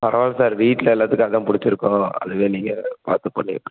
பரவாயில்ல சார் வீட்டில் எல்லாத்துக்கும் அதுதான் பிடிச்சிருக்காம் அதுவே நீங்கள் பார்த்து பண்ணிவிட்ருங்க